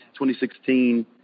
2016